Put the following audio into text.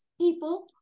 people